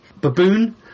baboon